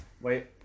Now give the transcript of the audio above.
Wait